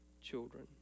children